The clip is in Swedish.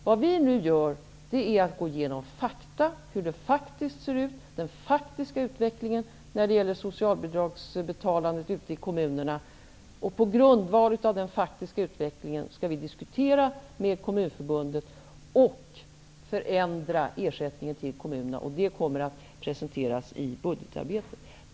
Det vi nu gör är att gå igenom hur det faktiskt ser ut, vad som är den faktiska utvecklingen av socialbidragsbetalandet ute i kommunerna. På grundval av den faktiska utvecklingen skall vi diskutera med Kommunförbundet och förändra ersättningen till kommunerna. Detta kommer att presenteras i budgetarbetet.